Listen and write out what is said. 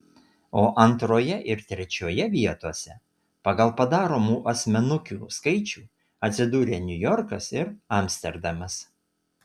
o antroje ir trečioje vietose pagal padaromų asmenukių skaičių atsidūrė niujorkas ir amsterdamas